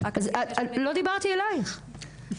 לא דיברתי אליך.